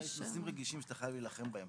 אלה נושאים רגישים שאתה חייב להילחם בהם.